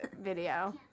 video